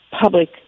public